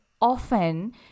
often